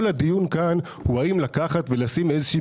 כל הדיון כאן הוא האם לקחת ולשים איזה שהיא